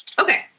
Okay